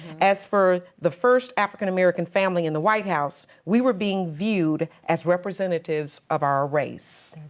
as for the first african-american family in the white house, we were being viewed as representatives of our race.